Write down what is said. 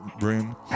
room